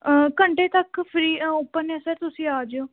ਘੰਟੇ ਤੱਕ free open ਨੇ ਸਰ ਤੁਸੀਂ ਆ ਜਾਇਓ